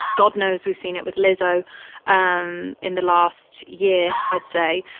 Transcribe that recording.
god knows we've seen it with lizzo um in the last year, i'd say.